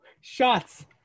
shots